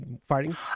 fighting